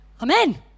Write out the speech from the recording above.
Amen